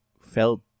felt